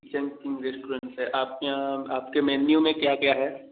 kitchen king restaurant से आपके यहाँ आपके मेन्यू में क्या क्या है